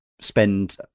spend